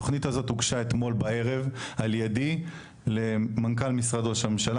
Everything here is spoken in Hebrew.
התוכנית הזו הוגשה אתמול בערב על ידי למנכ"ל משרד ראש הממשלה.